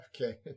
Okay